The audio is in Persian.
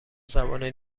زبانه